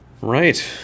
right